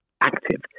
active